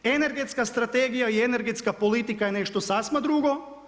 Energetska strategija i energetska politika je nešto sasma drugo.